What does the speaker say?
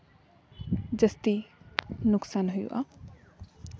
ᱡᱟᱹᱥᱛᱤ ᱞᱳᱠᱥᱟᱱ ᱦᱩᱭᱩᱜᱼᱟ